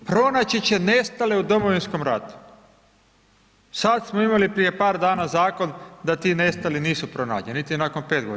Pronaći će nestale u Domovinskom ratu, sad smo imali prije par dana zakon da ti nestali nisu pronađeni niti nakon 5 godina.